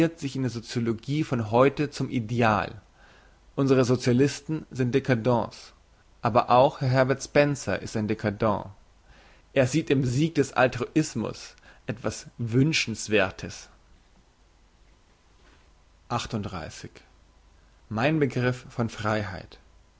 in der sociologie von heute zum ideal unsre socialisten sind dcadents aber auch herr herbert spencer ist ein dcadent er sieht im sieg des altruismus etwas wünschenswerthes mein begriff von freiheit